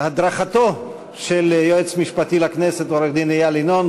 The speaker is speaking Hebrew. בהדרכתו של היועץ המשפטי לכנסת עו"ד איל ינון.